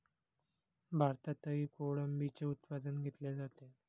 भारतातही कोळंबीचे उत्पादन घेतले जाते